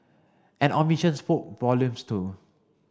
an omission spoke volumes too